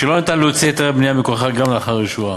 שלא ניתן להוציא היתרי בנייה מכוחה גם לאחר אישורה.